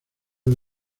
del